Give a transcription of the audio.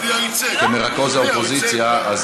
כמרכז האופוזיציה,